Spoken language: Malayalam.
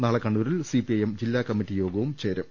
നാളെ കണ്ണൂരിൽ സിപിഐഎം ജില്ലാ കമ്മിറ്റി യോഗവും ചേരും